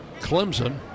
Clemson